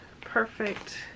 perfect